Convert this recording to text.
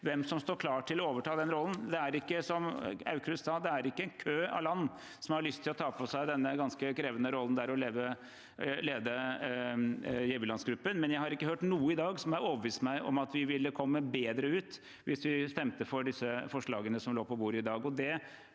hvem som står klar til å overta den rollen. Som Aukrust sa: Det er ikke en kø av land som har lyst til å ta på seg den ganske krevende rollen det er å lede giverlandsgruppen. Jeg har ikke hørt noe i dag som har overbevist meg om at vi ville kommet bedre ut hvis vi stemte for disse forslagene som lå på bordet i dag,